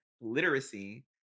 literacy